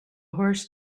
horse